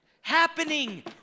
Happening